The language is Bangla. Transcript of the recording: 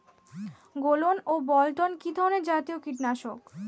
গোলন ও বলটন কি ধরনে জাতীয় কীটনাশক?